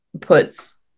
puts